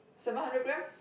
seven hundred grams